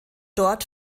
dort